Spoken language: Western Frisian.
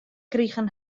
krige